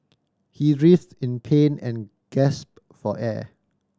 he writhed in pain and gasped for air